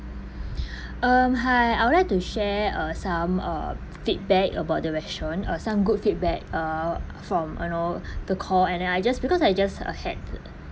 um hi I would like to share uh some uh feedback about the restaurant uh some good feedback uh from you know the call and then I just because I just uh had